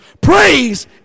Praise